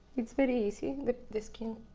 it's very easy. the the skin